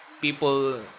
People